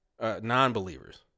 non-believers